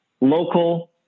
Local